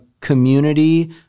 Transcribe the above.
community